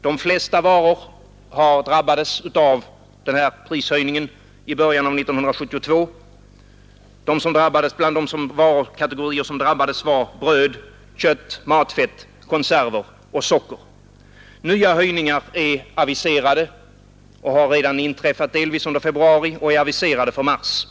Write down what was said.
De flesta varor drabbades av den här prishöjningen i början av 1972. Bland de varukategorier som drabbades var bröd, kött, matfett, konserver och socker. Nya höjningar har delvis redan inträffat under februari och andra är aviserade till mars månad.